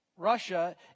Russia